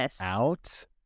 out